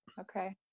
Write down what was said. Okay